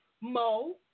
Mo